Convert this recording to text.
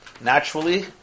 Naturally